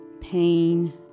pain